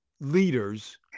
leaders